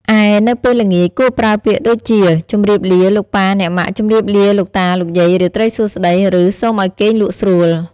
ឯ នៅពេលល្ងាច គួរប្រើពាក្យដូចជា ជម្រាបលាលោកប៉ាអ្នកម៉ាក់ ជំរាបលាលោកតាលោកយាយ រាត្រីសួស្តី ឬ សូមអោយគេងលក់ស្រួល។